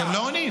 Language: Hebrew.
אתם לא עונים.